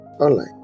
online